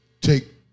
take